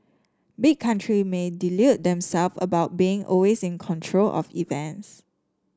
big country may delude them self about being always in control of events